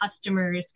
customers